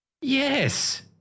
Yes